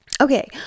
Okay